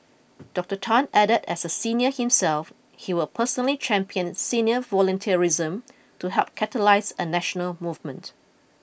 Doctor Tan added as a senior himself he will personally champion senior volunteerism to help catalyse a national movement